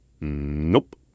Nope